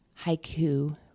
haiku